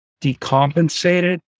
decompensated